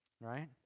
Right